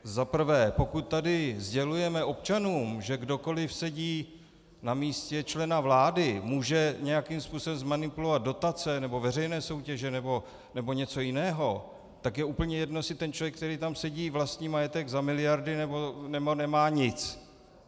Za prvé, pokud tady sdělujeme občanům, že kdokoli sedí na místě člena vlády, může nějakým způsobem zmanipulovat dotace nebo veřejné soutěže nebo něco jiného, tak je úplně jedno, jestli ten člověk, který tam sedí, vlastní majetek za miliardy, nebo nemá nic.